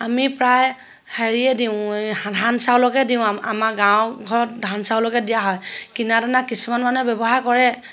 আমি প্ৰায় হেৰিয়ে দিওঁ ধান চাউলকে দিওঁ আমাৰ গাঁৱৰ ঘৰত ধান চাউলকে দিয়া হয় কিনা দানা কিছুমান মানুহে ব্যৱহাৰ কৰে